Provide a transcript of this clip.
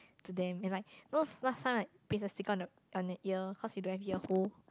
to them and like those last time like paste the sticker on the on the ear cause you don't have ear hole